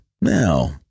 now